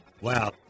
Wow